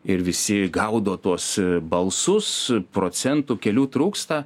ir visi gaudo tuos balsus procentų kelių trūksta